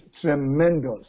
tremendous